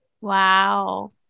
Wow